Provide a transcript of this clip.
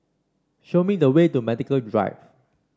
show me the way to Medical Drive